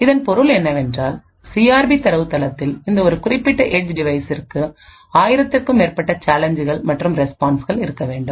இதன் பொருள் என்னவென்றால் சிஆர்பி தரவுத்தளத்தில் இந்த ஒரு குறிப்பிட்ட ஏட்ஜ் டிவைஸ்சிற்குஆயிரத்துக்கும் மேற்பட்ட சேலஞ்சுகள் மற்றும் ரெஸ்பான்ஸ்கள் இருக்க வேண்டும்